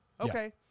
Okay